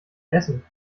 essen